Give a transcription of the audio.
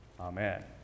Amen